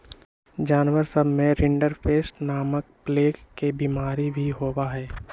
जानवर सब में रिंडरपेस्ट नामक प्लेग के बिमारी भी होबा हई